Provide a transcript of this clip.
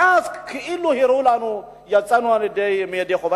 ואז, כאילו הראו לנו, יצאנו ידי חובה.